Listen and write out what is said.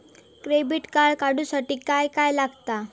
Credit card काढूसाठी काय काय लागत?